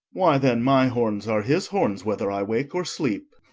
why then, my horns are his horns, whether i wake or sleep.